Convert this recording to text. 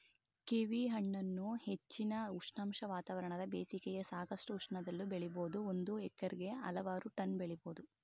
ಕೀವಿಹಣ್ಣನ್ನು ಹೆಚ್ಚಿನ ಉಷ್ಣಾಂಶ ವಾತಾವರಣದ ಬೇಸಿಗೆಯ ಸಾಕಷ್ಟು ಉಷ್ಣದಲ್ಲೂ ಬೆಳಿಬೋದು ಒಂದು ಹೆಕ್ಟೇರ್ಗೆ ಹಲವಾರು ಟನ್ ಬೆಳಿಬೋದು